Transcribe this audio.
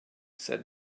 said